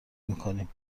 میکنیم